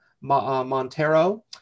Montero